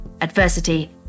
adversity